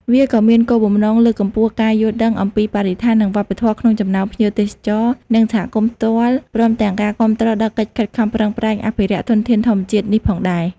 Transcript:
វាក៏មានគោលបំណងលើកកម្ពស់ការយល់ដឹង អំពីបរិស្ថាន និងវប្បធម៌ក្នុងចំណោមភ្ញៀវទេសចរ និងសហគមន៍ផ្ទាល់ព្រមទាំងការគាំទ្រដល់កិច្ចខិតខំប្រឹងប្រែងអភិរក្សធនធានធម្មជាតិនេះផងដែរ។